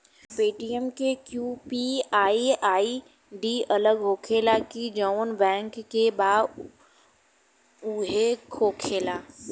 Paytm के UPI ID अलग होखेला की जाऊन बैंक के बा उहे होखेला?